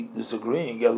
disagreeing